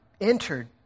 entered